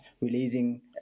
releasing